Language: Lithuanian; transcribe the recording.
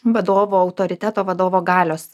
vadovo autoriteto vadovo galios